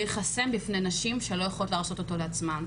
ייחסם בפני נשים שלא יכולות להרשות אותו לעצמן.